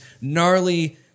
gnarly